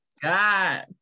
god